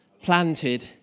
planted